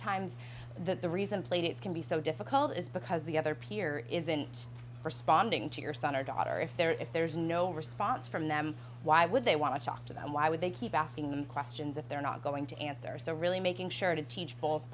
times that the reason playdates can be so difficult is because the other peer isn't responding to your son or daughter if they're if there's no response from them why would they want to talk to them why would they keep asking them questions if they're not going to answer so really making sure to teach both